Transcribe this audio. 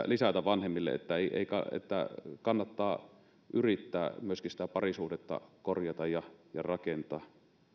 lisätä vanhemmille tietoisuutta siitä että kannattaa yrittää parisuhdetta korjata ja rakentaa